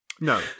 No